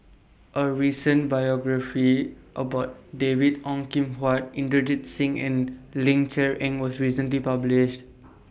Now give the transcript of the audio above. A recent biographies about David Ong Kim Huat Inderjit Singh and Ling Cher Eng was recently published